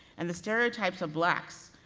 and the stereotypes of blacks,